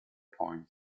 point